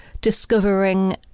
discovering